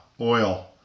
oil